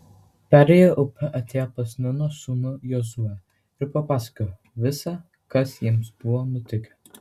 perėję upę atėjo pas nūno sūnų jozuę ir papasakojo visa kas jiems buvo nutikę